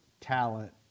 talent